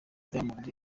diamond